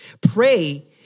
Pray